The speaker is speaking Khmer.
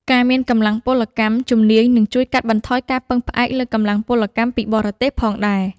ការមានកម្លាំងពលកម្មជំនាញនឹងជួយកាត់បន្ថយការពឹងផ្អែកលើកម្លាំងពលកម្មពីបរទេសផងដែរ។